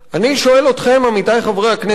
אני שואל אתכם, עמיתי חברי הכנסת,